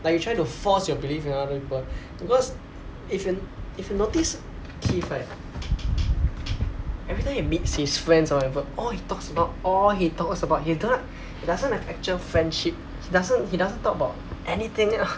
like you try to force your belief in other people because if you if you notice keith right everytime he meets his friends or whatever all he talks about all he talks about he doesn~ he doesn't have actual friendship he doesn't he doesn't talk about anything else